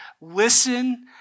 listen